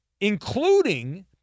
including